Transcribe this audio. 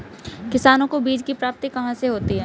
किसानों को बीज की प्राप्ति कहाँ से होती है?